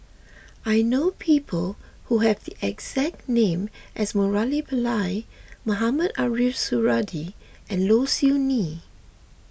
I know people who have the exact name as Murali Pillai Mohamed Ariff Suradi and Low Siew Nghee